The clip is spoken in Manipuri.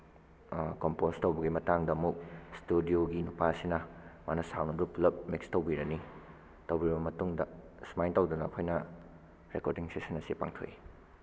ꯀꯝꯄꯣꯁ ꯇꯧꯕꯒꯤ ꯃꯇꯥꯡꯗ ꯑꯃꯨꯛ ꯏꯁꯇꯨꯗꯤꯑꯣꯒꯤ ꯅꯨꯄꯥꯁꯤꯅ ꯃꯥꯅ ꯁꯥꯎꯟꯗꯨ ꯄꯨꯂꯞ ꯃꯤꯛꯁ ꯇꯧꯕꯤꯔꯅꯤ ꯇꯧꯕꯤꯔꯕ ꯃꯇꯨꯡꯗ ꯁꯨꯃꯥꯏꯅ ꯇꯧꯗꯅ ꯑꯩꯈꯣꯏꯅ ꯔꯦꯀꯣꯔꯗꯤꯡ ꯁꯦꯁꯟ ꯑꯁꯤ ꯄꯥꯡꯊꯣꯛꯏ